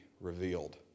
revealed